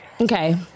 Okay